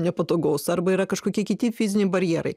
nepatogaus arba yra kažkokie kiti fiziniai barjerai